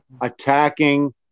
attacking